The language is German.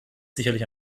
sicherlich